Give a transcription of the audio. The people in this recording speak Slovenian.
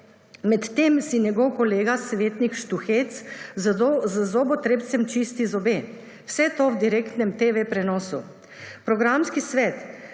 Med tem si njegov kolega svetnik Štuhec z zobotrebcem čisti zobe. Vse to v direktnem TV prenosu. V programski svet